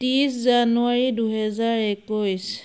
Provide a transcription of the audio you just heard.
ত্ৰিছ জানুৱাৰী দুহেজাৰ একৈছ